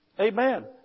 Amen